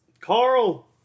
Carl